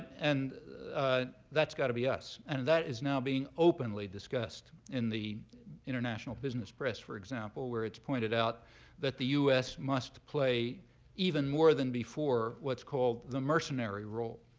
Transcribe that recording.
and that's got to be us. and that is now being openly discussed in the international business press, for example, where it's pointed out that the us must play even more than before what's called the mercenary role.